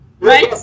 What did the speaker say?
Right